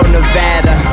Nevada